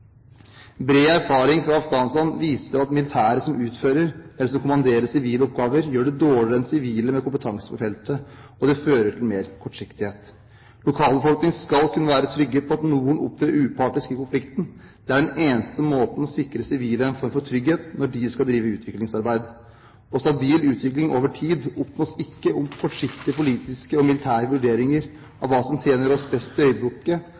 Bred erfaring fra Afghanistan viser at militære som utfører – eller kommanderer – sivile oppgaver, gjør det dårligere enn sivile med kompetanse på feltet, og det fører til mer kortsiktighet. Lokalbefolkningen skal kunne være trygge på at noen opptrer upartisk i konflikten. Det er den eneste måten å sikre sivile en form for trygghet når de skal drive utviklingsarbeid. Og stabil utvikling over tid oppnås ikke om kortsiktige politiske og militære vurderinger av hva som tjener oss